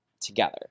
together